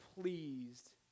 pleased